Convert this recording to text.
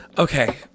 Okay